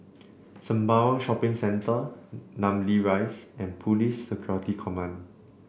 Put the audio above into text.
Sembawang Shopping Centre Namly Rise and Police Security Command